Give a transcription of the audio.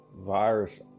virus